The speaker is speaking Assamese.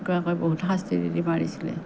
এনেকুৱাকৈ বহুত শাস্তি দি দি মাৰিছিলে